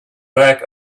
back